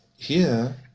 here,